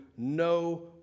No